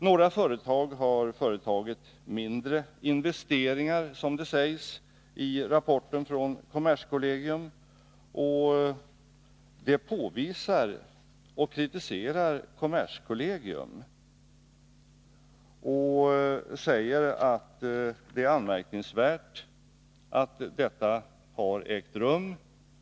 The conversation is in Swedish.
Några företag har företagit mindre investeringar, som det sägs i rapporten från kommerskollegium. Det påvisar och kritiserar kommerskollegium, som säger att det är anmärkningsvärt att detta har ägt rum.